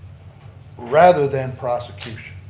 rather than prosecution?